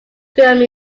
film